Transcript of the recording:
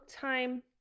time